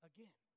Again